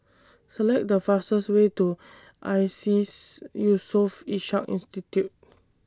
Select The fastest Way to ISEAS Yusof Ishak Institute